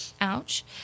Ouch